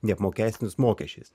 neapmokestinus mokesčiais